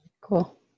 Cool